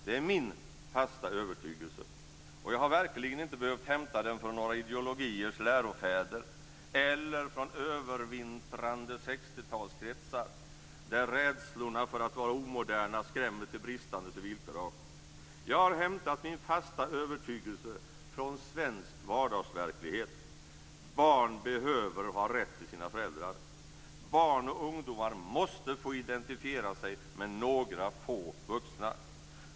Det är min fasta övertygelse - jag har verkligen inte behövt hämta den från några ideologiers lärofäder eller från övervintrande 60 talskretsar, där rädslorna för att vara omoderna skrämmer till bristande civilkurage, utan jag har hämtat min fasta övertygelse från svensk vardagsverklighet - att barn och ungdomar behöver ha rätt till sina föräldrar. Barn och ungdomar måste få identifiera sig med några få vuxna.